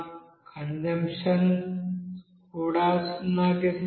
consumption సున్నాకి సమానం